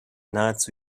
nahezu